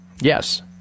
Yes